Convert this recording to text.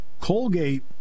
Colgate